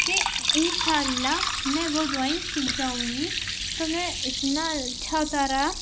کہ انشااللہ میں وہ ڈرائنگ سیکھ جاؤں گی تو میں اِتنا اچھا اتارا